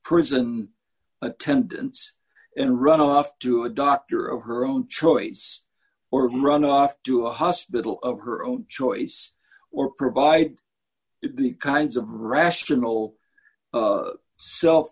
prison attendants and run off to a doctor of her own choice or run off to a hospital of her own choice or provide the kinds of rational self